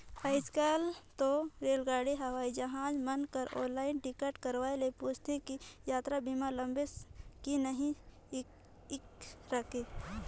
आयज कायल तो रेलगाड़ी हवई जहाज मन कर आनलाईन टिकट करवाये ले पूंछते कि यातरा बीमा लेबे की नही कइरके